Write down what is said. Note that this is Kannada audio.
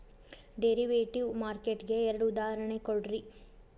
ಡೆರಿವೆಟಿವ್ ಮಾರ್ಕೆಟ್ ಗೆ ಎರಡ್ ಉದಾಹರ್ಣಿ ಕೊಡ್ರಿ